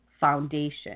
foundation